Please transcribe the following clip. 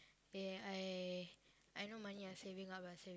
eh I I no money ah I saving up saving